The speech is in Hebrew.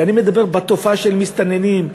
ואני מדבר על התופעה של המסתננים.